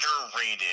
underrated